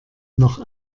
noch